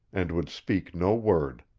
and would speak no word.